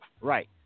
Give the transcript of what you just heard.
Right